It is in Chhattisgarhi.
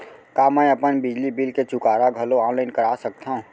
का मैं अपन बिजली बिल के चुकारा घलो ऑनलाइन करा सकथव?